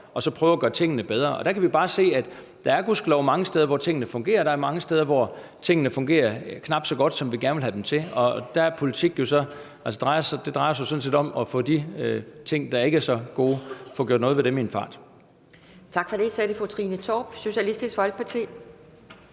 og så prøve at gøre tingene bedre. Der kan vi bare se, at der gudskelov er mange steder, hvor tingene fungerer, og der er mange steder, hvor tingene fungerer knap så godt, som vi gerne vil have dem til. Og der er politik jo sådan, at det sådan set drejer sig om i en fart at få gjort noget ved de ting, der ikke er så gode. Kl. 11:28 Formanden (Pia Kjærsgaard): Tak for det. Så er det fru Trine Torp, Socialistisk Folkeparti.